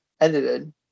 edited